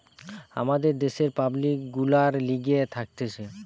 আমাদের দ্যাশের পাবলিক গুলার লিগে থাকতিছে